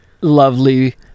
lovely